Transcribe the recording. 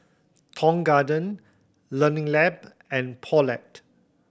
Tong Garden Learning Lab and Poulet